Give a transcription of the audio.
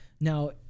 now